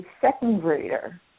second-grader